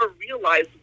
realized